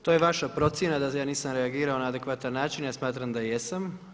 To je vaša procjena da ja nisam reagirao na adekvatan način, ja smatram da jesam.